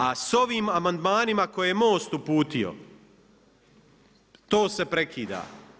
A s ovim amandmanima koje je MOST uputio to se prekida.